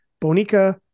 Bonica